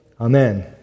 Amen